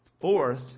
Fourth